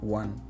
one